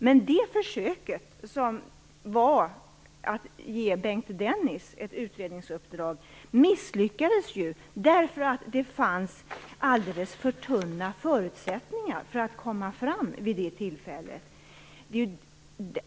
Men det försöket, som innebar att man gav Bengt Dennis ett utredningsuppdrag, misslyckades därför att förutsättningarna att komma fram vid det tillfället var alldeles för tunna.